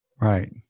Right